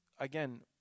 again